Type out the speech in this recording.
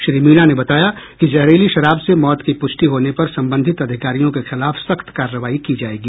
श्री मीणा ने बताया कि जहरीली शराब से मौत की पुष्टि होने पर संबंधित अधिकारियों के खिलाफ सख्त कार्रवाई की जायेगी